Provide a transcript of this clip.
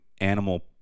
animal